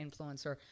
influencer